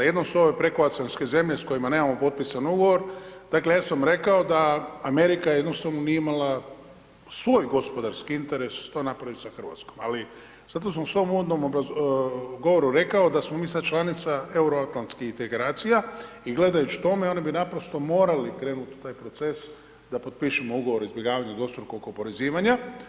Jedno su ove prekooceanske zemlje s kojima nemamo potpisan ugovor, dakle ja sam rekao da Amerika jednostavno nije imala svoj gospodarski interes to napraviti sa Hrvatskom, ali zato sam u svom uvodnom govoru rekao da smo mi sad članica Euroatlantskih integracija i gledajući tome, oni bi naprosto morali krenuti u taj proces da potpišemo ugovor o izbjegavanju dvostrukog oporezivanja.